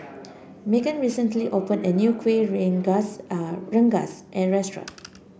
Meghann recently opened a new Kuih Rengas a rengas restaurant